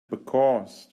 because